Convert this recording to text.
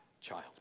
child